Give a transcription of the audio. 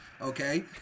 okay